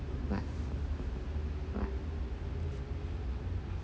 but